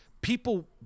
people